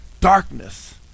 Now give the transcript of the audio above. darkness